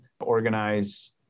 organize